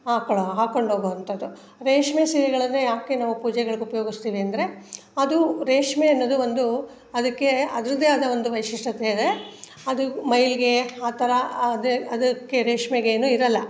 ಹಾಕೊಳ್ಳೊ ಹಾಕೊಂಡೋಗುವಂಥದ್ದು ರೇಷ್ಮೆ ಸೀರೆಗಳನ್ನು ಏಕೆ ನಾವು ಪೂಜೆಗಳಿಗೆ ಉಪಯೋಗಿಸ್ತೀವಿ ಅಂದರೆ ಅದು ರೇಷ್ಮೆ ಅನ್ನೋದು ಒಂದು ಅದಕ್ಕೆ ಅದರದ್ದೇ ಆದ ಒಂದು ವೈಶಿಷ್ಟ್ಯತೆ ಇದೆ ಅದು ಮೈಲಿಗೆ ಆ ಥರ ಆದರೆ ಅದಕ್ಕೆ ರೇಷ್ಮೆಗೆ ಏನು ಇರೋಲ್ಲ